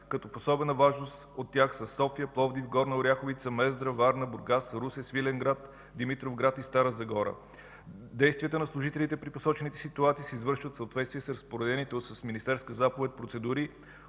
като от особена важност от тях са София, Пловдив Горна Оряховица, Мездра, Варна, Бургас, Русе, Свиленград, Димитровград и Стара Загора. Действията на служителите при посочените ситуации се извършват в съответствие с разпоредените с министерска заповед процедури